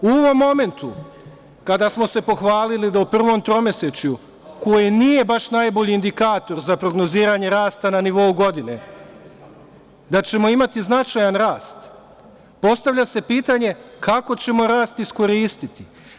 U ovom momentu, kada smo se pohvalili da u prvom tromesečju, koji nije baš najbolji indikator za prognoziranje rasta na nivou godine, da ćemo imati značajan rast, postavlja se pitanje - kako ćemo rast iskoristiti?